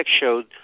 showed